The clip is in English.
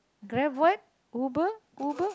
Grab what Uber Uber